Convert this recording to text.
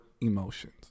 emotions